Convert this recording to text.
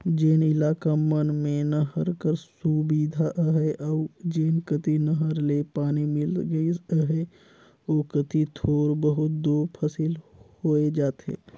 जेन इलाका मन में नहर कर सुबिधा अहे अउ जेन कती नहर ले पानी मिल गइस अहे ओ कती थोर बहुत दो फसिल होए जाथे